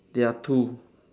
there are two